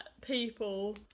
people